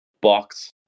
box